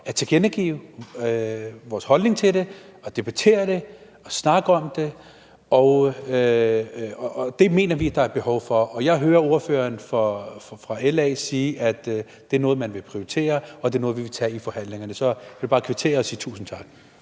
at tilkendegive vores holdning til det og at debattere og snakke om det. Det mener vi der er behov for. Jeg hører ordføreren fra LA af sige, at det er noget, man vil prioritere, og at det er noget, vi vil tage op i forhandlingerne. Så jeg vil bare kvittere og sige tusind tak.